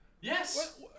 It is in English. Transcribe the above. Yes